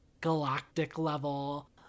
galactic-level